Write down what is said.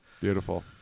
beautiful